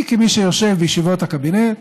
אני, כמי שיושב בישיבות הקבינט,